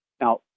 Now